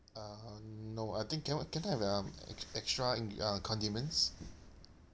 uh no I think can can I have um ex~ extra in~ uh condiments